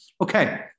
Okay